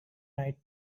night